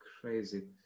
crazy